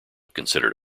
considered